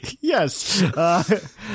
Yes